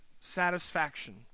satisfaction